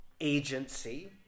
agency